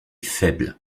faible